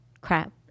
crap